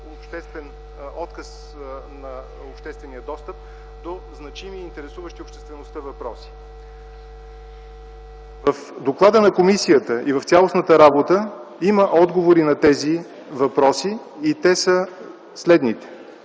отказ на обществения достъп до значими интересуващи обществеността въпроси. В доклада на комисията и в цялостната работа има отговори на тези въпроси и те са следните: